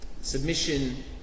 Submission